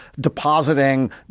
depositing